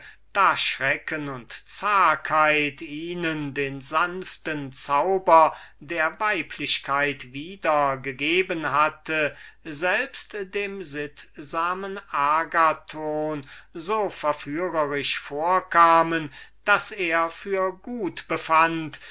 da schrecken und zagheit ihnen die weiblichkeit wenn es erlaubt ist dieses wort einem großen dichter abzuborgen wiedergegeben hatte selbst dem sittsamen agathon so verführerisch vorkamen daß er vor gut befand